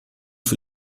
für